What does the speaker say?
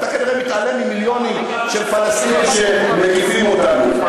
אתה כנראה מתעלם ממיליונים של פלסטינים שמקיפים אותנו.